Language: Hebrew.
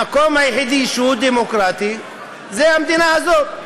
המקום היחידי שהוא דמוקרטי הוא המדינה הזאת.